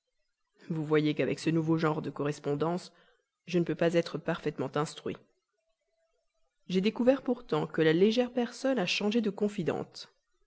vous voyez qu'avec ce nouveau genre de correspondance je ne peux guère être plus avancé ni plus instruit que le premier jour j'ai découvert pourtant que la légère personne a changé de confidente